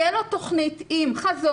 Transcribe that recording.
תהיה לו תכנית עם חזון,